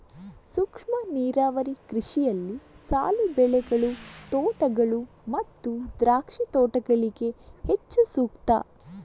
ಸೂಕ್ಷ್ಮ ನೀರಾವರಿ ಕೃಷಿಯಲ್ಲಿ ಸಾಲು ಬೆಳೆಗಳು, ತೋಟಗಳು ಮತ್ತು ದ್ರಾಕ್ಷಿ ತೋಟಗಳಿಗೆ ಹೆಚ್ಚು ಸೂಕ್ತ